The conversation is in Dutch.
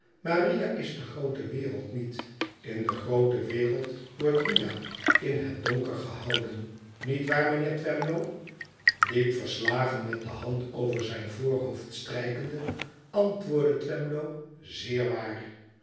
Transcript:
riah is de groote wereld niet in de groote wereld wordt riah m het donker gehouden niet waar mijnheer twemlow diep verslagen met de hand over zijn voorhoofd strijkende ant woordde twemlow izeer waar